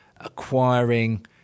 acquiring